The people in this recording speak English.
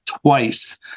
twice